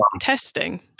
testing